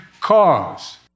cause